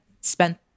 spent